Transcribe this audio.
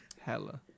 Hella